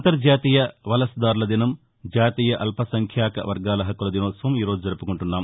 అంతర్జాతీయ వలసదారుల దినం జాతీయ అల్పసంఖ్యాక వర్గాల హక్కుల దినోత్సవం ఈరోజు జరుపుకుంటున్నాం